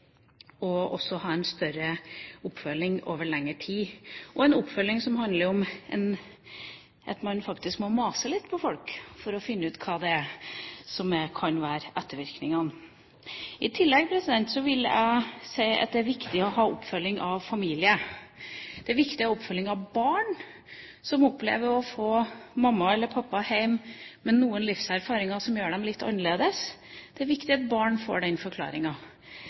også å ha en større oppfølging over lengre tid, og en oppfølging som handler om at man faktisk må mase litt på folk for å finne ut hva det er som kan være ettervirkningene. I tillegg vil jeg si at det er viktig å ha oppfølging av familie. Det er viktig å ha oppfølging av barn som opplever å få mamma eller pappa hjem med noen livserfaringer som gjør dem litt annerledes. Det er viktig at barn får den